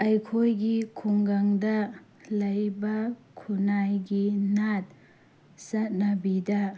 ꯑꯩꯈꯣꯏꯒꯤ ꯈꯨꯡꯒꯪꯗ ꯂꯩꯕ ꯈꯨꯟꯅꯥꯏꯒꯤ ꯅꯥꯠ ꯆꯠꯅꯕꯤꯗ